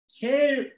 care